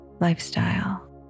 lifestyle